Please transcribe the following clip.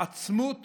התעצמות